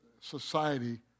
society